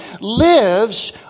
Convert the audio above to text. lives